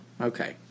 okay